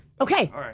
okay